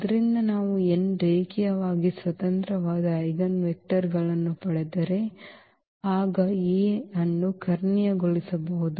ಆದ್ದರಿಂದ ನಾವು n ರೇಖೀಯವಾಗಿ ಸ್ವತಂತ್ರವಾದ ಐಜೆನ್ವೆಕ್ಟರ್ಗಳನ್ನು ಪಡೆದರೆ ಆಗ A ಅನ್ನು ಕರ್ಣೀಯಗೊಳಿಸಬಹುದು